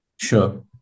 Sure